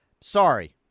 Sorry